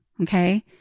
Okay